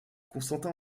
constantin